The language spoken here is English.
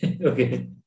Okay